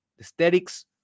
aesthetics